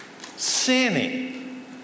sinning